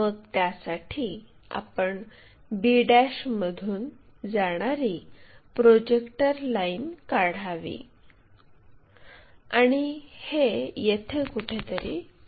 मग त्यासाठी आपण b मधून जाणारी प्रोजेक्टर लाइन काढावी आणि हे येथे कुठेतरी छेदेल